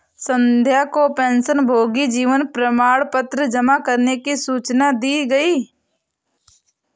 संध्या को पेंशनभोगी जीवन प्रमाण पत्र जमा करने की सूचना दी गई